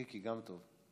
מיקי, גם טוב.